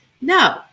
no